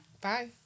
Bye